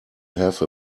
have